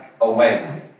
away